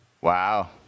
Wow